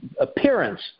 appearance